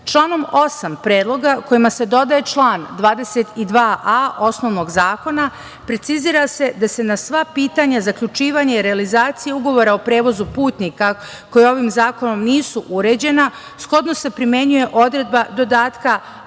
8. Predloga kojima se dodaje član 22a. Osnovnog zakona, precizira se da se na sva pitanja, zaključivanje i realizaciju Ugovora o prevozu putnika, koji ovim zakonom nisu uređena, shodno se primenjuje odredba dodatka